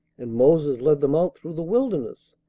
and moses led them out through the wilderness,